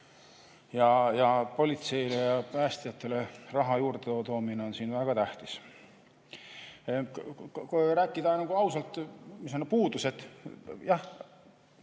Ja politseile ja päästjatele raha juurdetoomine on siin väga tähtis. Kui rääkida ausalt, mis on puudused, siis jah,